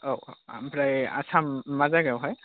औ औ ओमफ्राय आसाम मा जायगायावहाय